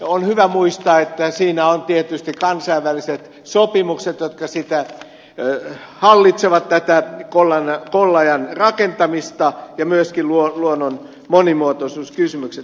on hyvä muistaa että siinä ovat tietysti kansainväliset sopimukset jotka hallitsevat tätä kollajan rakentamista ja myöskin luonnon monimuotoisuuskysymykset